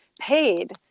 paid